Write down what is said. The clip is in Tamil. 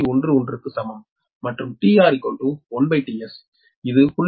11 க்கு சமம் மற்றும் tR1tS இது 0